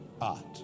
art